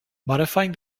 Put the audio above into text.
modifying